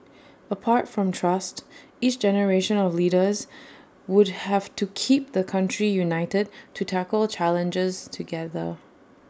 apart from trust each generation of leaders would have to keep the country united to tackle challenges together